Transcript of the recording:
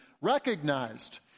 recognized